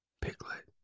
Piglet